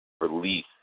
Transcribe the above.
release